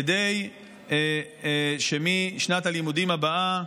כדי שמשנת הלימודים הבאה,